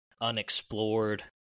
unexplored